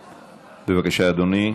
בבקשה, אדוני.